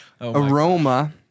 aroma